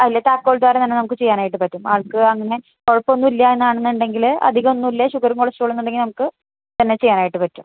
അതില് താക്കോൽ ദ്വാരം തന്നെ നമുക്ക് ചെയ്യാനായിട്ട് പറ്റും ആൾക്ക് അങ്ങനെ കുഴപ്പമൊന്നുമില്ല എന്നാണെന്നുണ്ടെങ്കില് അധികമൊന്നുമില്ല ഷുഗറും കൊളസ്ട്രോളുമെന്നുണ്ടെങ്കില് നമുക്ക് തന്നെ ചെയ്യാനായിട്ട് പറ്റും